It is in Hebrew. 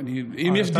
אם יש דיון, בשמחה רבה.